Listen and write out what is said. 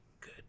good